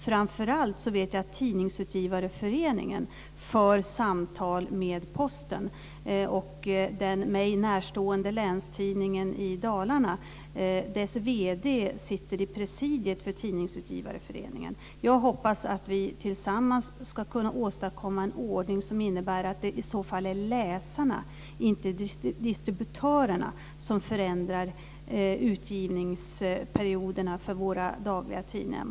Framför allt vet jag att Tidningsutgivareföreningen för samtal med Dalarna sitter i presidiet för Tidningsutgivareföreningen. Jag hoppas att vi tillsammans ska kunna åstadkomma en ordning som innebär att det i så fall är läsarna, inte distributörerna, som förändrar utgivningsperioderna för våra dagliga tidningar.